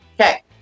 Okay